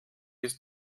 ist